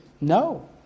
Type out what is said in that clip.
no